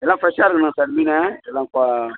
எல்லா ஃபிரஷ்ஷாக இருக்கணும் சார் மீன் எல்லா ப